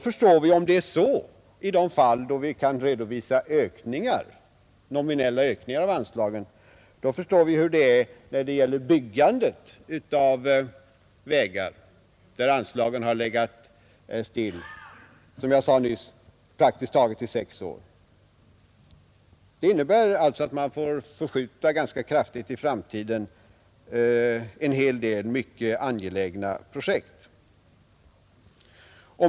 Om det är så i de fall då vi kan redovisa nominella ökningar av anslag, förstår vi hur det förhåller sig när det gäller byggandet av vägar, där anslagen som jag nyss sade har legat stilla praktiskt tagit under sex år. Det innebär att en hel del mycket angelägna projekt ganska kraftigt får skjutas framåt i tiden.